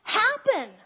happen